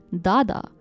Dada